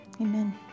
Amen